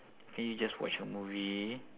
can you just watch a movie